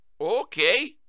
okay